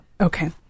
okay